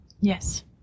Yes